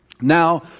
now